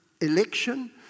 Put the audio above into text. election